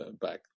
back